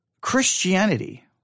Christianity